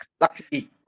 luckily